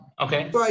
Okay